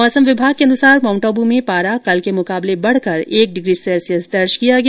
मौसम विभाग के अनुसार माउंट आबू में पारा कल के मुकाबले बढ़कर एक डिग्री सैल्सियस दर्ज किया गया